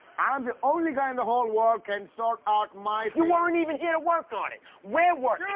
i'm the only guy in the whole world can sort out my you weren't even here to work on it! we're working,